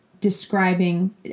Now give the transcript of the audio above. describing